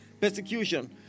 persecution